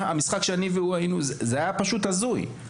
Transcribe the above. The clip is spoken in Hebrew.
המשחק שאני והוא היינו היה פשוט הזוי.